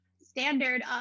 standard